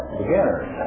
beginners